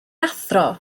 athro